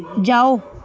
ਜਾਓ